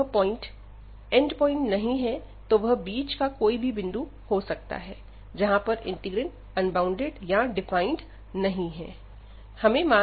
यदि वह point end point नहीं है तो वह बीच का भी कोई बिंदु हो सकता है जहां पर इंटीग्रैंड अनबॉउंडेड या डिफाइंड नहीं है